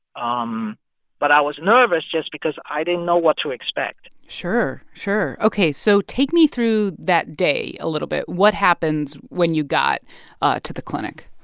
um but i was nervous just because i didn't know what to expect sure, sure. ok, so take me through that day a little bit. what happens when you got ah to the clinic?